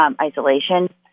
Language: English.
isolation